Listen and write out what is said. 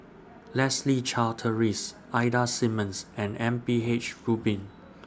Leslie Charteris Ida Simmons and M P H Rubin